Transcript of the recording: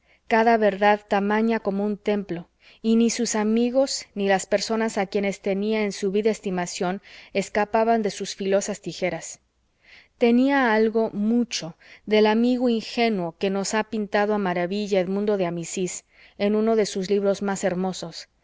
cada verdad tamaña como un templo y ni sus amigos ni las personas a quienes tenía en subida estimación escapaban de sus filosas tijeras tenía algo mucho del amigo ingenuo que nos ha pintado a maravilla edmundo de amicis en uno de sus libros más hermosos